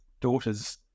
daughters